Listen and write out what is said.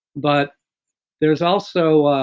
but there's also